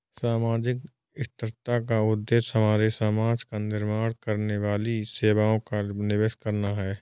सामाजिक स्थिरता का उद्देश्य हमारे समाज का निर्माण करने वाली सेवाओं का निवेश करना है